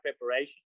preparation